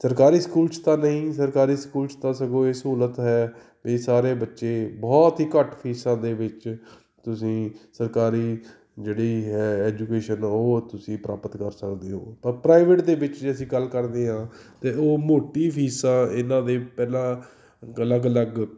ਸਰਕਾਰੀ ਸਕੂਲ 'ਚ ਤਾਂ ਨਹੀਂ ਸਰਕਾਰੀ ਸਕੂਲ 'ਚ ਤਾਂ ਸਗੋਂ ਇਹ ਸਹੂਲਤ ਹੈ ਵੀ ਸਾਰੇ ਬੱਚੇ ਬਹੁਤ ਹੀ ਘੱਟ ਫੀਸਾਂ ਦੇ ਵਿੱਚ ਤੁਸੀਂ ਸਰਕਾਰੀ ਜਿਹੜੀ ਹੈ ਐਜੂਕੇਸ਼ਨ ਉਹ ਤੁਸੀਂ ਪ੍ਰਾਪਤ ਕਰ ਸਕਦੇ ਹੋ ਪਰ ਪ੍ਰਾਈਵੇਟ ਦੇ ਵਿੱਚ ਜੇ ਅਸੀਂ ਗੱਲ ਕਰਦੇ ਹਾਂ ਤਾਂ ਉਹ ਮੋਟੀ ਫੀਸਾਂ ਇਹਨਾਂ ਦੇ ਪਹਿਲਾਂ ਅਲੱਗ ਅਲੱਗ